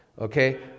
okay